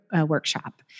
Workshop